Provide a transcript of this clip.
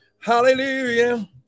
Hallelujah